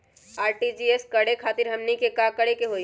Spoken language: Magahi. आर.टी.जी.एस करे खातीर हमनी के का करे के हो ई?